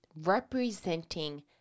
Representing